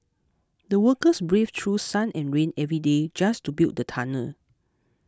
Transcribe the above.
the workers braved through sun and rain every day just to build the tunnel